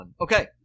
Okay